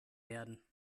werden